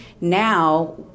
now